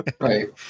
Right